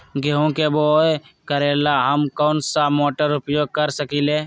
गेंहू के बाओ करेला हम कौन सा मोटर उपयोग कर सकींले?